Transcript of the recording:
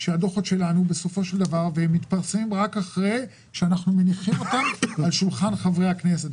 הדוחות שלנו מתפרסמים רק אחרי שאנחנו מניחים אותם על שולחן חברי הכנסת.